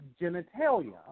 genitalia